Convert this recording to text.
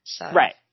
right